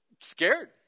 scared